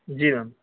جی میم